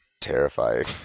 Terrifying